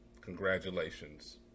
Congratulations